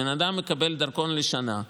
בן אדם מקבל דרכון לשנה,